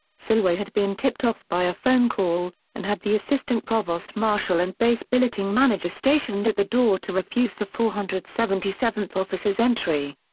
selway had been tipped off by a phone call, and had the assistant provost marshal and base billeting manager stationed at the door to refuse the four hundred and seventy seventh officers entry.